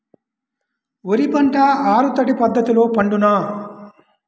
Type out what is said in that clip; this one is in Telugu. వరి పంట ఆరు తడి పద్ధతిలో పండునా?